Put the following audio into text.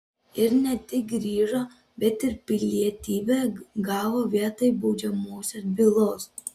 ir ne tik grįžo bet ir pilietybę gavo vietoj baudžiamosios bylos